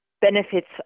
benefits